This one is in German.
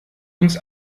uns